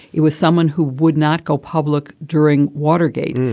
it was someone who would not go public during watergate.